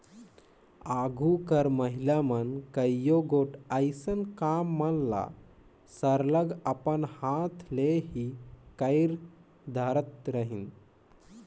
आघु कर महिला मन कइयो गोट अइसन काम मन ल सरलग अपन हाथ ले ही कइर धारत रहिन